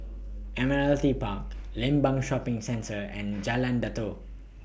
Admiralty Park Limbang Shopping Centre and Jalan Datoh